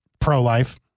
pro-life